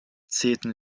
zählten